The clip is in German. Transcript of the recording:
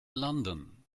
landen